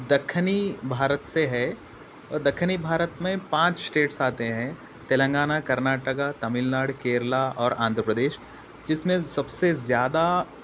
دکنی بھارت سے ہے اور دکنی بھارت میں پانچ اسٹیٹس آتے ہیں تلنگانہ کرناٹکا تمل ناڈو کیرلا اور آندھرا پردیش جس میں سب سے زیادہ